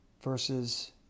versus